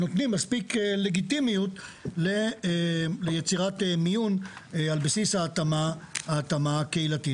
נותנים מספיק לגיטימיות ליצירת מיון על בסיס ההתאמה הקהילתית.